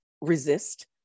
resist